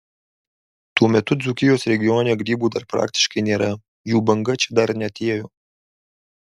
tuo metu dzūkijos regione grybų dar praktiškai nėra jų banga čia dar neatėjo